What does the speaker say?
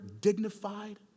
dignified